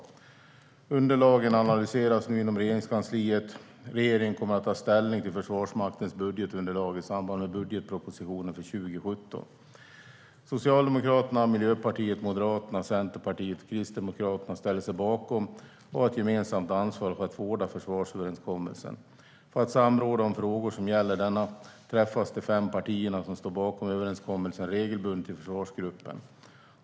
Underlagen analyseras nu inom Regeringskansliet. Regeringen kommer att ta ställning till Försvarsmaktens budgetunderlag i samband med budgetpropositionen för 2017. Socialdemokraterna, Miljöpartiet, Moderaterna, Centerpartiet och Kristdemokraterna ställer sig bakom och har ett gemensamt ansvar för att vårda försvarsöverenskommelsen. För att samråda om frågor som gäller denna träffas de fem partier som står bakom överenskommelsen regelbundet i försvarsgruppen.